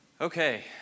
Okay